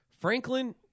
Franklin